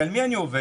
על מי אני עובד?